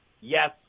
Yes